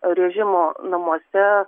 režimo namuose